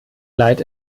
leid